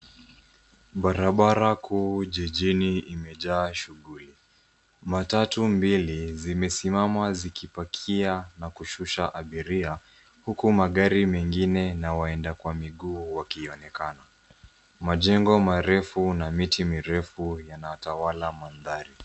Barabara kuu jijini imejaa shughuli. Matatu mbili zimesimama zikipakia abiria huku magari mengine na waenda kwa miguu wakionekana. Majengo marefu na mati mirefu yanatawala mandhari.